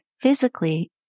physically